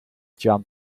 jump